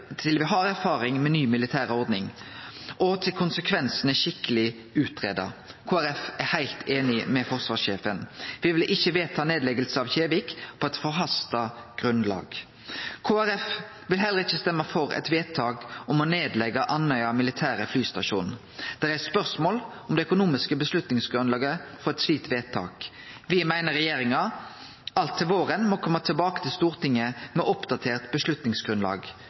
til me har erfaring med den nye militære ordninga, og til konsekvensane er skikkeleg utgreidde. Kristeleg Folkeparti er heilt einig med forsvarssjefen. Me vil ikkje vedta ei nedlegging av Kjevik på eit forhasta grunnlag. Kristeleg Folkeparti vil heller ikkje stemme for eit vedtak om å leggje ned Andøya militære flystasjon. Det er spørsmål om det økonomiske avgjerdsgrunnlaget for eit slikt vedtak. Me meiner regjeringa alt til våren må kome tilbake til Stortinget med eit oppdatert